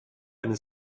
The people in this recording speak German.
eine